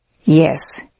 Yes